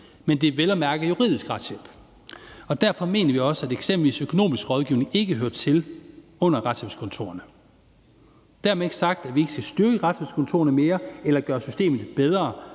men det er vel at mærke juridisk retshjælp. Og derfor mener vi også, at eksempelvis økonomisk rådgivning ikke hører til under retshjælpskontorerne. Dermed ikke sagt, at vi ikke skal styrke retshjælpskontorerne mere eller gøre systemet bedre,